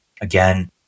Again